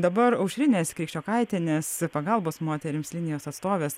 dabar aušrinės krikščiokaitienės pagalbos moterims linijos atstovės